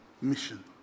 mission